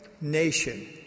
nation